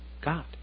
God